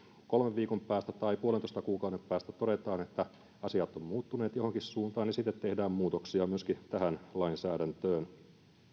kolmen viikon päästä tai puolentoista kuukauden päästä todetaan että asiat ovat muuttuneet johonkin suuntaan niin sitten tehdään muutoksia myöskin tähän lainsäädäntöön